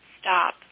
stop